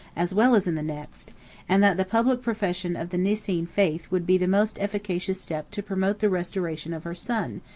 as well as in the next and that the public profession of the nicene faith would be the most efficacious step to promote the restoration of her son,